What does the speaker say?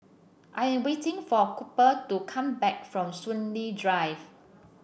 I am waiting for Cooper to come back from Soon Lee Drive